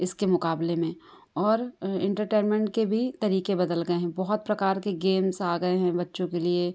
इसके मुकाबले में और इंटरटैनमेंट के भी तरीके बदल गए हैं बहुत प्रकार के गेम्स आ गए हैं बच्चों के लिए